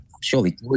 surely